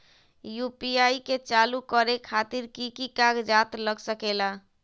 UPI के चालु करे खातीर कि की कागज़ात लग सकेला?